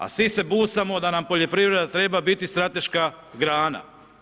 A svi se busamo da nam poljoprivreda treba biti strateška grana.